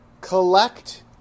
collect